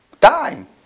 Dying